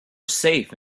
safe